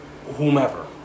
whomever